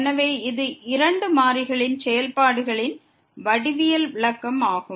எனவே இது இரண்டு மாறிகளின் செயல்பாடுகளின் வடிவியல் விளக்கம் ஆகும்